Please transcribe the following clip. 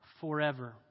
Forever